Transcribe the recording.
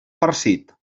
farcit